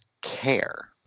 care